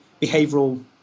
behavioral